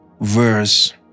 verse